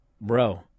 Bro